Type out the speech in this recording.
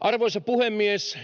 Arvoisa puhemies!